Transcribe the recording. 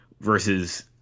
versus